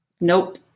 nope